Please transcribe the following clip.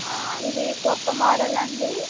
ఇది కొత్త మోడల్ అండి